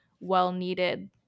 well-needed